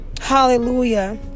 Hallelujah